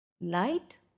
light